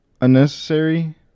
unnecessary